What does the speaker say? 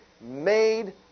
made